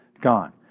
Gone